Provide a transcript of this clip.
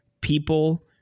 people